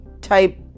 type